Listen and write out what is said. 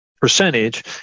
percentage